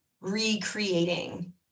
recreating